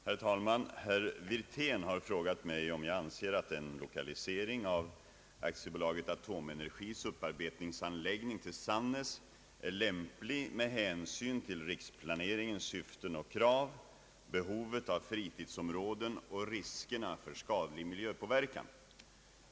Herr talman! Herr Wirtén har frågat mig om jag anser att en lokalisering av AB Atomenergis upparbetningsanläggning till Sannäs är lämplig med hänsyn till riksplaneringens syften och krav, behovet av fritidsområden och riskerna för skadlig miljöpåverkan.